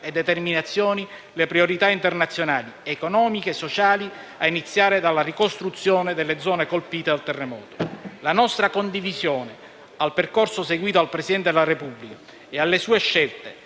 e determinazione le priorità internazionali, economiche, sociali, a iniziare dalla ricostruzione delle zone colpite dal terremoto. La nostra condivisione al percorso seguito dal Presidente della Repubblica e alle sue scelte,